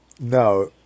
No